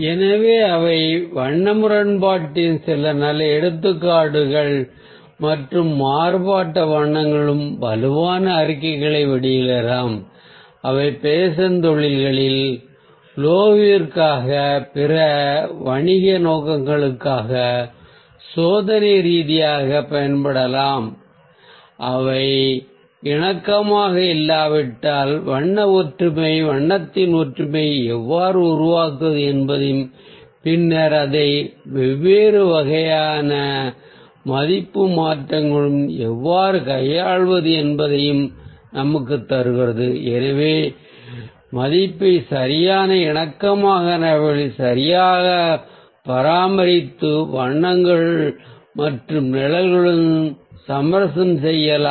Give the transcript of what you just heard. எனவே அவை வண்ண முரண்பாட்டின் சில நல்ல எடுத்துக்காட்டுகள் மற்றும் மாறுபட்ட வண்ணங்களும் வலுவான அறிக்கைகளை வெளியிடலாம் அவை பேஷன் தொழில்களில் லோகோவிற்காக பிற வணிக நோக்கங்களுக்காக சோதனை ரீதியாகப் பயன்படுத்தப்படலாம் அவை இணக்கமாக இல்லாவிட்டால் வண்ண ஒற்றுமை வண்ணத்தில் ஒற்றுமையை எவ்வாறு உருவாக்குவது என்பதையும் பின்னர் அதை வெவ்வேறு வகையான மதிப்பு மாற்றங்களுடன் எவ்வாறு கையாள்வது என்பதையும் நமக்குத் தருகிறது எனவே மதிப்பை சரியான இணக்கமான அளவில் சரியாகப் பராமரித்து வண்ணங்கள் மற்றும் நிழல்களுடன் சமரசம் செய்யலாம்